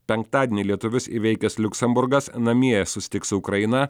penktadienį lietuvius įveikęs liuksemburgas namie susitiks su ukraina